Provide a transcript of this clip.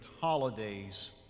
holidays